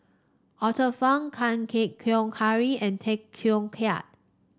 Arthur Fong Chan Keng Howe Harry and Tay Teow Kiat